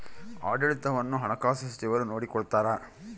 ಆಡಳಿತವನ್ನು ಹಣಕಾಸು ಸಚಿವರು ನೋಡಿಕೊಳ್ತಾರ